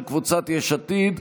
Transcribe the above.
של קבוצת יש עתיד.